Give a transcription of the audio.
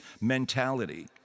mentality